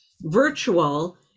virtual